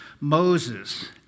Moses